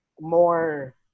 more